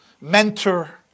Mentor